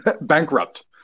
bankrupt